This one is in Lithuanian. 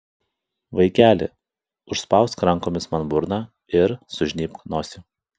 vaikeli užspausk rankomis man burną ir sužnybk nosį